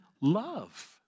love